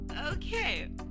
Okay